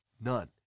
None